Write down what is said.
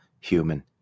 human